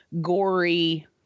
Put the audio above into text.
gory